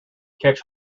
catch